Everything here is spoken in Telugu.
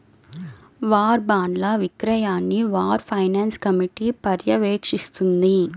వార్ బాండ్ల విక్రయాన్ని వార్ ఫైనాన్స్ కమిటీ పర్యవేక్షిస్తుంది